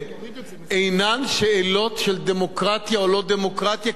אינן שאלות של דמוקרטיה או לא דמוקרטיה,